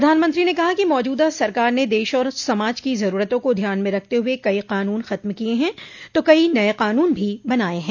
प्रधानमंत्री ने कहा कि मौजूदा सरकार ने देश और समाज की जरूरतों को ध्यान में रखते हुए कई कानून खत्म किए हैं तो कई नये कानून भी बनाए हैं